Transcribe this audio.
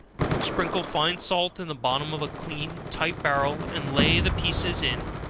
sprinkle fine salt in the bottom of a clean tight barrel, and lay the pieces in,